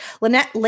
Lynette